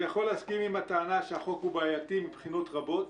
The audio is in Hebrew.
אני יכול להסכים עם הטענה שהחוק הוא בעייתי מבחינות רבות,